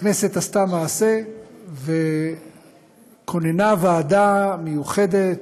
והכנסת עשתה מעשה וכוננה ועדה מיוחדת,